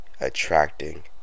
attracting